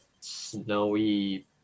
snowy